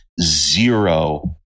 zero